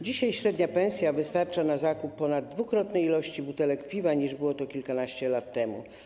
Dzisiaj średnia pensja wystarcza na zakup ponaddwukrotnej liczby butelek piwa, niż było to kilkanaście lat temu.